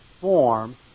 form